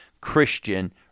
Christian